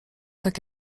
tak